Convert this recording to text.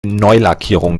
neulackierung